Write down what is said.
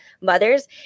mothers